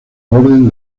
orden